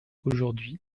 aujourd’hui